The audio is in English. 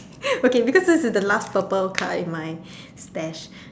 okay because this is the last purple card in my stash